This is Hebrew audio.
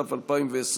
התש"ף 2020,